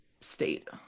state